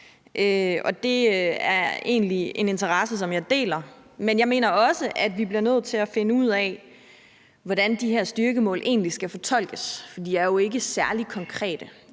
egentlig en interesse, som jeg deler, men jeg mener også, at vi bliver nødt til at finde ud af, hvordan de her styrkemål egentlig skal fortolkes, for de er jo ikke særlig konkrete.